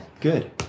Good